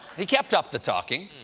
he kept up the talking.